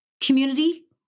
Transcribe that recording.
community